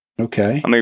Okay